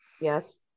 Yes